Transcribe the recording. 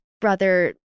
brother